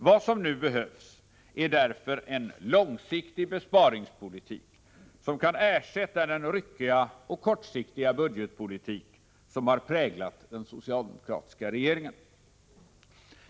Vad som nu behövs är därför en långsiktig besparingspolitik som kan ersätta den ryckiga och kortsiktiga budgetpolitik som har präglat den socialdemokratiska regeringen.